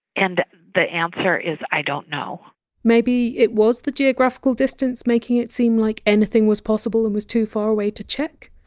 and the answer is, i don't know maybe it was the geographical distance making it seem like anything was possible and was too far away to check.